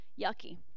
yucky